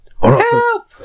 Help